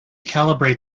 calibrate